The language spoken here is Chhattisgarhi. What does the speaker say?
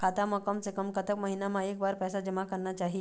खाता मा कम से कम कतक महीना मा एक बार पैसा जमा करना चाही?